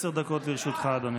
עשר דקות לרשותך, אדוני.